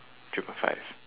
three point five